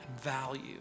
value